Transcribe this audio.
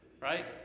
right